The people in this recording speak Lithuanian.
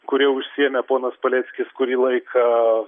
kuria užsiėmė ponas paleckis kurį laiką